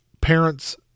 parents